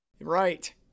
Right